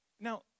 Now